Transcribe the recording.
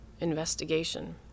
investigation